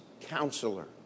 counselor